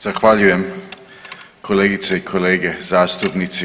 Zahvaljujem kolegice i kolege zastupnici.